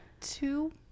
two